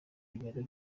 urugendo